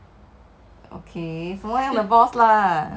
like the first thing that comes to your mind 不用想的